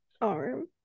Arm